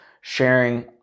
sharing